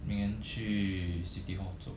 明天去 city hall 走